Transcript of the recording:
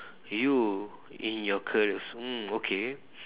you in your career mm okay